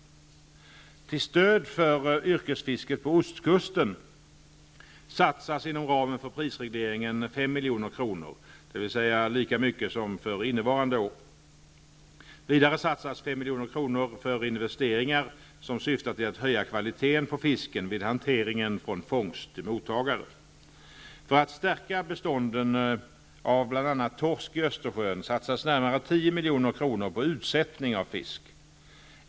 Till stöd för yrkesfisket på ostkusten satsas inom ramen för prisregleringen 5 milj.kr., dvs. lika mycket som för innevarande år. Vidare satsas 5 milj.kr. för investeringar som syftar till att höja kvaliteten på fisken vid hanteringen från fångst till mottagare. För att stärka bestånden av bl.a. torsk i Östersjön satsas närmare 10 milj.kr. på utsättningar av fisk.